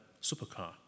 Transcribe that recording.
supercar